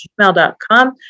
gmail.com